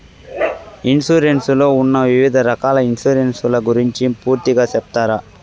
Insurance లో ఉన్న వివిధ రకాల ఇన్సూరెన్సు ల గురించి పూర్తిగా సెప్తారా?